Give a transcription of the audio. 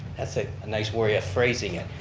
that's a nice way of phrasing it,